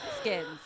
skins